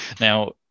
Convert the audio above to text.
Now